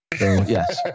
Yes